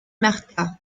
martha